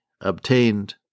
obtained